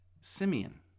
Simeon